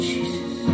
Jesus